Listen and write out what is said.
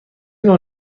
نوع